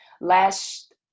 last